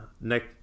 Next